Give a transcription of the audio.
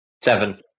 Seven